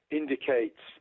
indicates